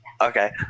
Okay